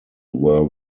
were